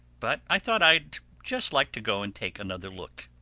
but i thought i'd just like to go and take another look.